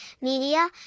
media